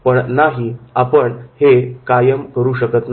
पण नाही आपण ते करू शकत नाही